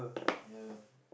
ya